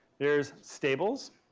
there's stables